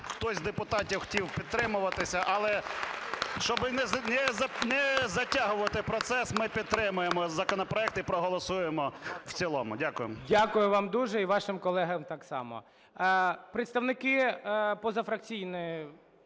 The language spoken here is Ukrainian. Хтось з депутатів хотів підтримуватися, але, щоби не затягувати процес, ми підтримаємо законопроект і проголосуємо в цілому. Дякую. ГОЛОВУЮЧИЙ. Дякую вам дуже і вашим колегам так само.